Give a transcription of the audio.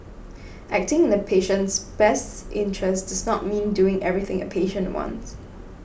acting in a patient's best interests does not mean doing everything a patient wants